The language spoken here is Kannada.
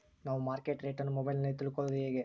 ನಾವು ಮಾರ್ಕೆಟ್ ರೇಟ್ ಅನ್ನು ಮೊಬೈಲಲ್ಲಿ ತಿಳ್ಕಳೋದು ಹೇಗೆ?